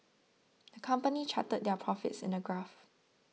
the company charted their profits in a graph